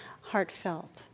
heartfelt